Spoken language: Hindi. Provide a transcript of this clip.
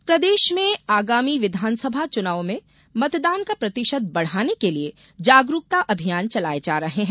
मतदाता जागरूकता प्रदेश में आगामी विधानसभा चुनाव में मतदान का प्रतिशत बढ़ाने के लिए जागरूकता अभियान चलाये जा रहे हैं